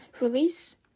release